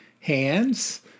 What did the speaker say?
hands